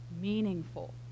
meaningful